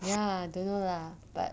ya don't know lah but